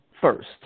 first